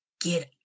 get